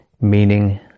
Meaning